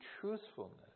truthfulness